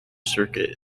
circuit